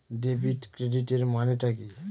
Debit ক্রেডিটের মানে টা কি?